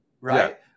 right